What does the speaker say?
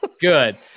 Good